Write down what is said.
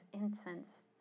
incense